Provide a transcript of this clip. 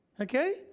Okay